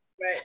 Right